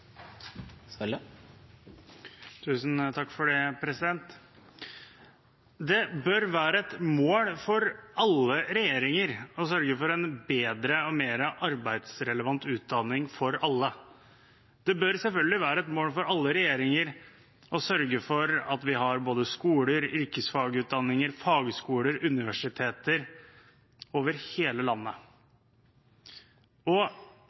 Det bør være et mål for alle regjeringer å sørge for en bedre og mer arbeidsrelevant utdanning for alle. Det bør selvfølgelig være et mål for alle regjeringer å sørge for at vi har både skoler, yrkesfagutdanning og universiteter over hele landet.